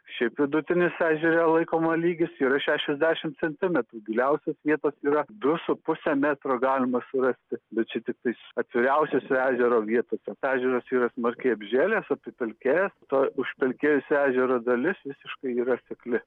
šiaip vidutinis ežere laikoma lygis yra šešiasdešim centimetrų giliausios vietos yra du su puse metro galima surasti bet čia tiktais atviriausiose ežero vietose ežeras yra smarkiai apžėlęs apipelkėjęs to užpelkėjusio ežero dalis visiškai yra sekli